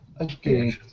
Okay